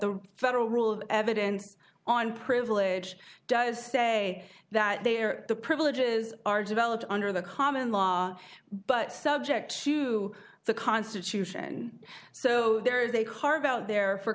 the federal rule of evidence on privilege does say that they are the privileges are developed under the common law but subject to the constitution so there is a carve out there for